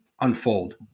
unfold